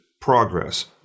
progress